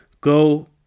go